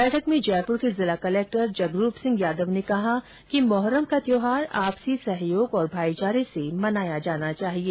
बैठक में जयप्र के जिला कलेक्टर जगरूप सिंह यादव ने कहा कि मोहर्रम का त्यौहार आपसी सहयोग और भाईचारे से मनाया जाना चाहिये